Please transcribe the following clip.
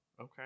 Okay